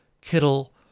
Kittle